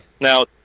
now